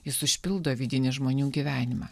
jis užpildo vidinį žmonių gyvenimą